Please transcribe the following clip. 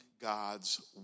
God's